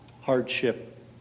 hardship